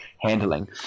handling